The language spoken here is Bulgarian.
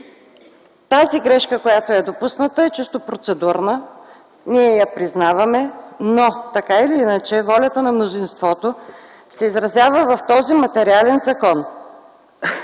Тази грешка, която е допусната, е чисто процедурна. Ние я признаваме, но така или иначе волята на мнозинството се изразява в този материален закон.